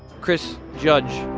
chris judge,